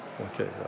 Okay